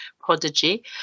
prodigy